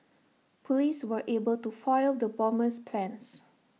Police were able to foil the bomber's plans